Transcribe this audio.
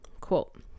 Quote